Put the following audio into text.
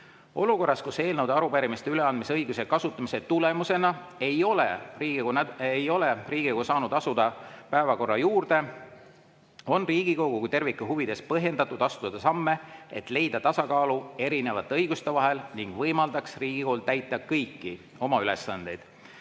Olukorras, kus eelnõude ja arupärimiste üleandmise õiguse kasutamise tulemusena ei ole Riigikogu saanud asuda päevakorra juurde, on Riigikogu kui terviku huvides põhjendatud astuda samme, et leida tasakaal erinevate õiguste vahel ning võimaldada Riigikogul täita kõiki oma ülesandeid.